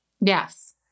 Yes